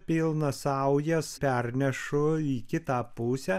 pilnas saujas pernešu į kitą pusę